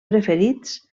preferits